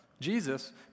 Jesus